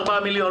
ארבעה מיליון,